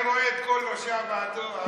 אני רואה את כל ראשי הוועדות.